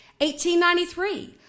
1893